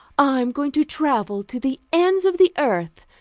i'm going to travel to the ends of the earth,